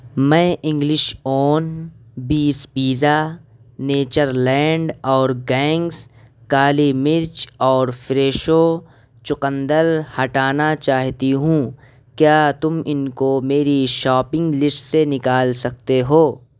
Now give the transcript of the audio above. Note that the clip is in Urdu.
میں English oven base pizza nature land organics کالی مرچ اور فریشو چقندر ہٹانا چاہتی ہوں کیا تم ان کو میری شاپنگ لسٹ سے نکال سکتے ہو